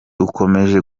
ukomeje